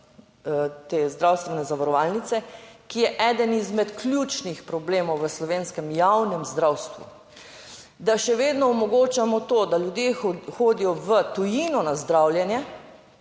te zdravstvene zavarovalnice, ki je eden izmed ključnih problemov v slovenskem javnem zdravstvu. Da še vedno omogočamo to, da ljudje hodijo v tujino na zdravljenje